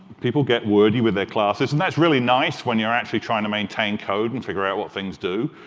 people get wordy with their classes. and that's really nice when you're actually trying to maintain code and figure out what things do,